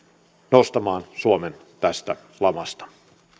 nostamaan suomen tästä lamasta